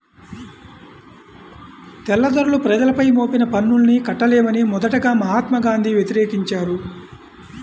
తెల్లదొరలు ప్రజలపై మోపిన పన్నుల్ని కట్టలేమని మొదటగా మహాత్మా గాంధీ వ్యతిరేకించారు